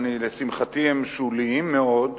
לשמחתי הם שוליים מאוד,